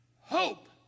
hope